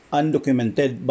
undocumented